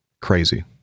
crazy